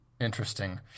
Interesting